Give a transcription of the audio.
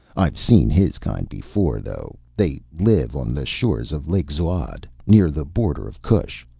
i've seen his kind before, though. they live on the shores of lake zuad, near the border of kush.